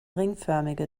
ringförmige